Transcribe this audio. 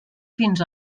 fins